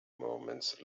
moments